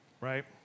right